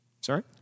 Sorry